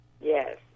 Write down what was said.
Yes